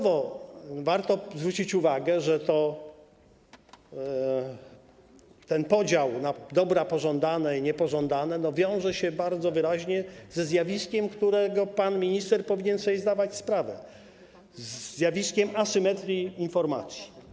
Warto zwrócić uwagę, że ten podział na dobra pożądane i niepożądane wiąże się bardzo wyraźnie ze zjawiskiem, z którego pan minister powinien sobie zdawać sprawę, mianowicie ze zjawiskiem asymetrii informacji.